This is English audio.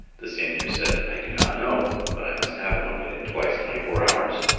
the seigneur said, i do not know, but i must have one within twice twenty-four hours.